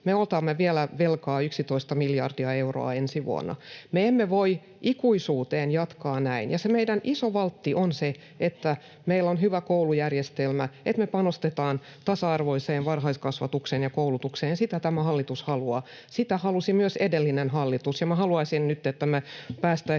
me otamme vielä velkaa 11 miljardia euroa ensi vuonna. Me emme voi ikuisuuteen jatkaa näin. Ja se meidän iso valtti on se, että meillä on hyvä koulujärjestelmä, että me panostetaan tasa-arvoiseen varhaiskasvatukseen ja koulutukseen, ja sitä tämä hallitus haluaa. Sitä halusi myös edellinen hallitus. Ja minä haluaisin nyt, että me päästäisiin